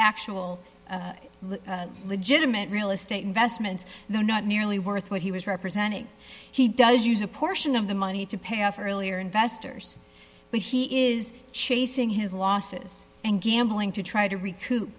actual legitimate real estate investments though not nearly worth what he was representing he does use a portion of the money to pay off earlier investors but he is chasing his losses and gambling to try to recoup